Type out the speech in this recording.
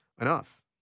enough